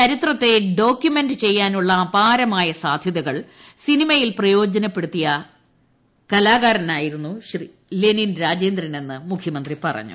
ചരിത്രത്തെ ഡോക്യുമെന്റ് ചെയ്യാനുള്ള അപാരമായ സാധ്യതകൾ സിനിമയിൽ പ്രയോജനപ്പെടുത്തിയ കലാകാരനായിരുന്നു ലെനിൻ രാജേന്ദ്രനെന്ന് മുഖ്യമന്ത്രി പറഞ്ഞു